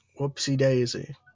Whoopsie-daisy